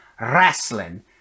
wrestling